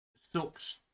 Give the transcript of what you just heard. sucks